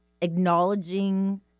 acknowledging